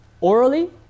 Orally